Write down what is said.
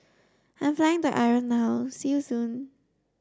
I'm flying the Ireland now see you soon